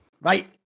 Right